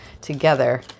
together